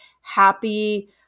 happy